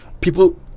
People